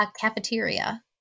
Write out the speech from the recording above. cafeteria